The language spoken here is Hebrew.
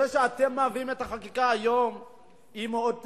זה שאתם מביאים את החקיקה היום זה מאוד תמוה.